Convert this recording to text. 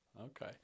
Okay